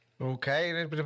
Okay